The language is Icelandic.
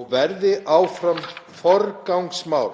og verði áfram forgangsmál.